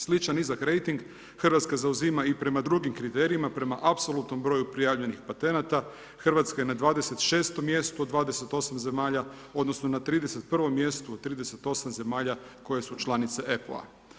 Sličan nizak rejting Hrvatska zauzima i prema drugim kriterijima, prema apsolutnom broju prijavljenih patenata Hrvatska je na 26. mjestu od 28 zemalja, odnosno na 31. mjestu od 38 zemalja koje su članice EPO-a.